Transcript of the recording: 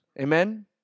Amen